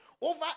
over